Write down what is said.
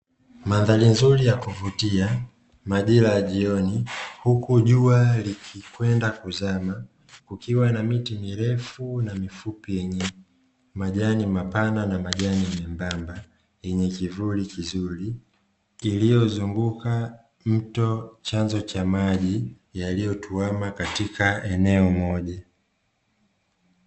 Mandhari nzuri ya kuvutia, majira ya jioni huku jua likikwenda kuzama, kukiwa na miti mirefu na mifupi yenye majani mapana na majani membamba yenye kivuli kizuri, iliyozunguka mto chanzo cha maji yaliyotwama katika eneo moja.